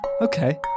Okay